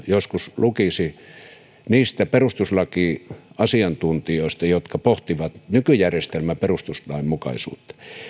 joskus lukisi joku niistä perustuslakiasiantuntijoista jotka pohtivat nykyjärjestelmän perustuslainmukaisuutta